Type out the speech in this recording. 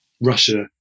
Russia